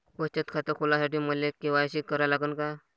बचत खात खोलासाठी मले के.वाय.सी करा लागन का?